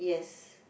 yes